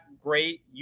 great